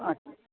আচ্ছা